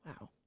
Wow